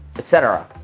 et cetera.